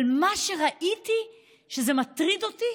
אבל מה שראיתי שמטריד אותי